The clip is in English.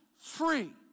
free